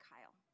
Kyle